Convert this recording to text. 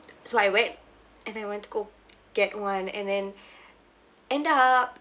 so I went and I went to go get one and then end up